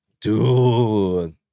Dude